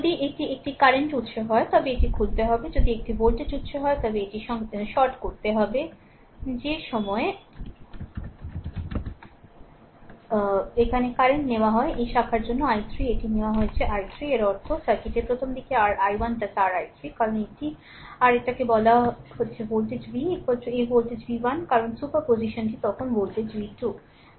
যদি এটি একটি কারেন্ট উত্স হয় তবে এটি খুলতে হবে যদি এটি একটি ভোল্টেজ উত্স হয় তবে এটির শর্ট করতে হবে যে সময়ে এখানে কারেন্ট নেওয়া হয় এই শাখার জন্য i3 হয় এটি নেওয়া হয়েছে i3 এর অর্থ সার্কিটের প্রথমদিকে r i1 r i3 কারণ এটিই আর এটাকে বলে ভোল্টেজ v এই ভোল্টেজ v 1 কারণ সুপারপজিশনটি তখন ভোল্টেজ v 2